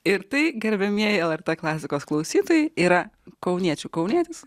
ir tai gerbiamieji lrt klasikos klausytojai yra kauniečių kaunietis